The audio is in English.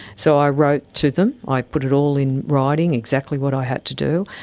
so i wrote to them, i put it all in writing, exactly what i had to do.